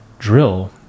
drill